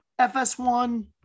FS1